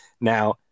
Now